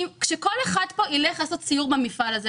שכל אחד פה ילך לעשות סיור במפעל הזה,